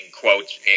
quotes